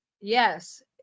Yes